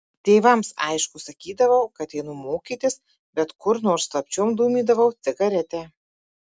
tėvams aišku sakydavau kad einu mokytis bet kur nors slapčiom dūmydavau cigaretę